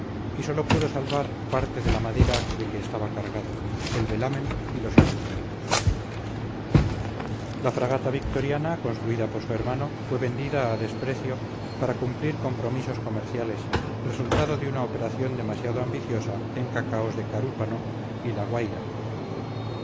y sólo pudo salvar parte de la madera de que estaba cargado el velamen y los instrumentos la fragata victoriana construida por su hermano fue vendida a desprecio para cumplir compromisos comerciales resultado de una operación demasiado ambiciosa en cacaos de carúpano y la guayra